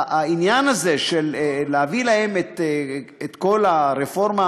העניין הזה של להביא להם את כל הרפורמה